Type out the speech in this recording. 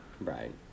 right